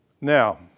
Now